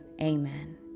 amen